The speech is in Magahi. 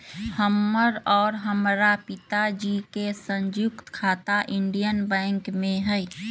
हमर और हमरा पिताजी के संयुक्त खाता इंडियन बैंक में हई